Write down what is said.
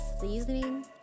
seasoning